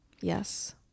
Yes